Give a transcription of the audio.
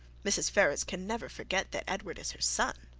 mrs. ferrars can never forget that edward is her son.